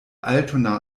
altona